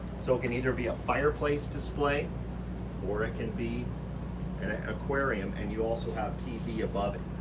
so it can either be a fireplace display or it can be and an aquarium. and you also have tv above it,